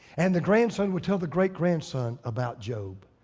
and the grandson would tell the great grandson about job.